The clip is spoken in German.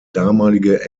damalige